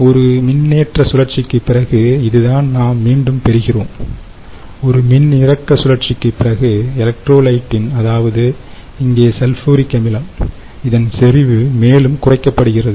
ஒரு மின்னேற்ற சுழற்சிக்குப் பிறகு இதுதான் நாம் மீண்டும் பெறுகிறோம் ஒரு மின்னிறக்க சுழற்சிக்குப் பிறகு எலக்ட்ரோலைட்டின் அதாவது இங்கே சல்பூரிக் அமிலம் இதன் செறிவு மேலும் குறைக்கப்படுகிறது